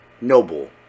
Noble